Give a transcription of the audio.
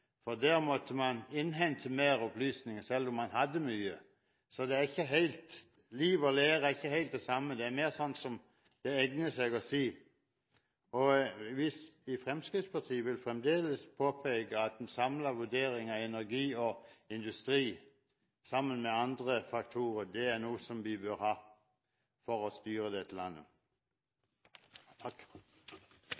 for Lofoten. Der måtte man innhente mer opplysninger selv om man hadde mye. Så liv og lære er ikke helt det samme, det er mer sånn som det egner seg å si. Vi i Fremskrittspartiet vil fremdeles påpeke at en samlet vurdering av energi og industri, sammen med andre faktorer, er noe vi bør ha for å styre